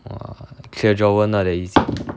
!wah! clear drawer not that easy